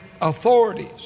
authorities